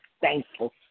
thankful